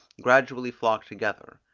gradually flock together,